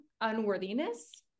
unworthiness